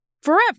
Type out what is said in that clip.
forever